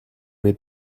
vais